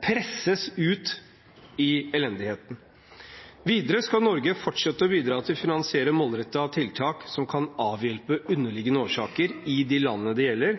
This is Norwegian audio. presses ut i elendigheten. Videre skal Norge fortsette å bidra til å finansiere målrettede tiltak som kan avhjelpe underliggende årsaker i de landene det gjelder.